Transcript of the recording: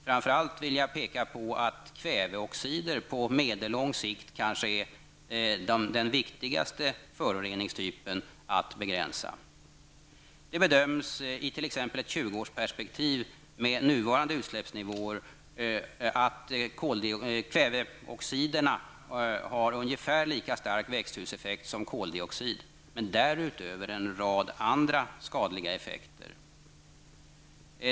Framför allt vill jag peka på att kväveoxider på medellång sikt kanske är de viktigaste föroreningarna att begränsa. De bedöms i t.ex. ett 20-årsperspektiv med nuvarande utsläppsnivåer ha ungefär lika stark växthuseffekt som koldioxid men därutöver en rad andra skadliga effekter.